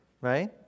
right